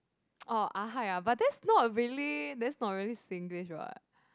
orh ah hai ah but that's not really that's not really Singlish what